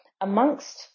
amongst